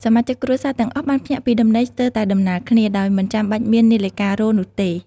សមាជិកគ្រួសារទាំងអស់បានភ្ញាក់ពីដំណេកស្ទើរតែដំណាលគ្នា ដោយមិនចាំបាច់មាននាឡិការោទ៍នោះទេ។